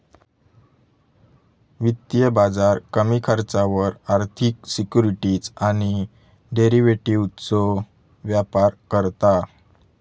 वित्तीय बाजार कमी खर्चावर आर्थिक सिक्युरिटीज आणि डेरिव्हेटिवजचो व्यापार करता